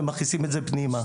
ומכניסים את זה פנימה.